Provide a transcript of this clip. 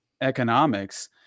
economics